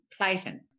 Clayton